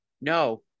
no